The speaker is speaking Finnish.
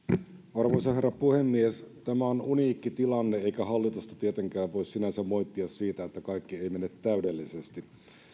arvoisa herra puhemies tämä on uniikki tilanne eikä hallitusta tietenkään voi sinänsä moittia siitä että kaikki ei ei mene täydellisesti